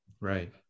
Right